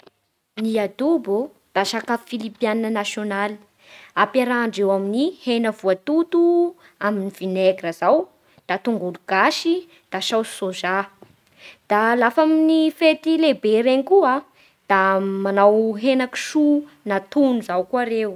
Ny adobo da sakafo filipianina nasionaly ampiarahandreo amin'ny hena voatoto, amin'ny vinaigra izao, da tongolo gasy, da saosy sôzà. Da lafa amin'ny fety lehibe ireny koa da m- manao hena kisoa natono izao koa ireo.